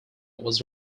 was